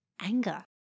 anger